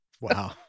Wow